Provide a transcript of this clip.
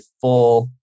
full